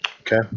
Okay